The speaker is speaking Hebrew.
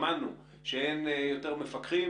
שמענו שאין יותר מפקחים.